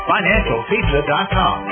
Financialpizza.com